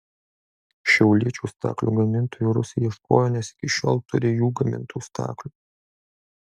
šiauliečių staklių gamintojų rusai ieškojo nes iki šiol turi jų gamintų staklių